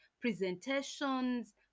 presentations